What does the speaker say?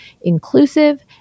inclusive